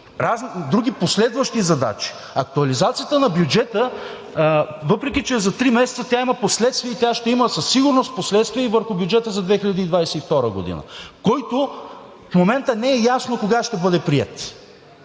други последващи задачи. Актуализацията на бюджета, въпреки че е за три месеца, има последствия и тя ще има със сигурност последствия и върху бюджета за 2022 г., който в момента не е ясно кога ще бъде приет